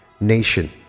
nation